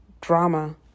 drama